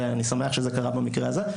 ואני שמח שזה קרה במקרה הזה.